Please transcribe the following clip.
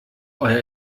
euer